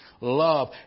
Love